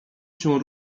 się